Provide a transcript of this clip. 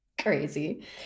crazy